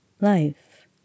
life